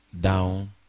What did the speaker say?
down